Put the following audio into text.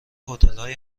هتلهای